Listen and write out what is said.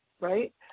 right